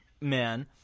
man